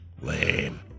lame